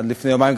עד לפני יומיים.